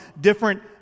different